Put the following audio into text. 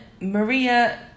Maria